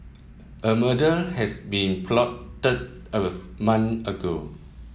a murder has been plotted month ago